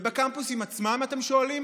ובקמפוסים עצמם, אתם שואלים?